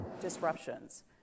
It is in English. disruptions